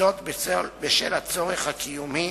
וזאת בשל הצורך הקיומי